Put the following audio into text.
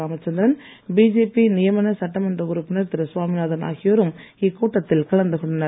Ramachandran BJP நியமன சட்டமன்ற உறுப்பினர் திரு சுவாமிநாதன் ஆகியோரும் இக்கூட்டத்தில் கலந்து கொண்டனர்